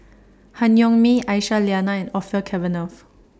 Han Yong May Aisyah Lyana and Orfeur Cavenagh